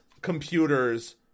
computers